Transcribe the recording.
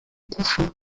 couchait